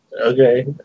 Okay